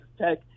Tech